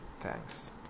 thanks